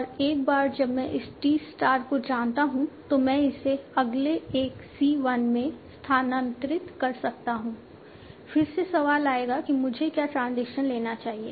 और एक बार जब मैं इस t स्टार को जानता हूं तो मैं इसे अगले एक C 1 में स्थानांतरित कर सकता हूं फिर से सवाल आएगा कि मुझे क्या ट्रांजिशन लेना चाहिए